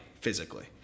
physically